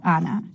Anna